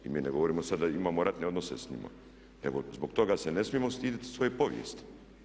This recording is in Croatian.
I mi ne govorimo sada da imamo ratne odnose sa njima, nego zbog toga se ne smijemo stidjeti svoje povijesti.